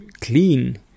clean